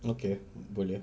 okay boleh